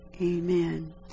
Amen